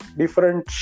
different